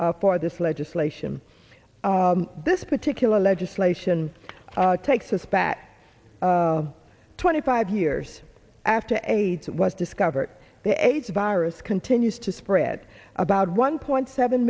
for this legislation this particular legislation takes us back twenty five years after aids was discovered the aids virus continues to spread about one point seven